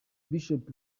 bishop